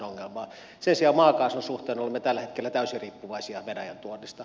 sen sijaan maakaasun suhteen olemme tällä hetkellä täysin riippuvaisia venäjän tuonnista